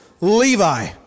Levi